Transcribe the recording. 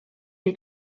est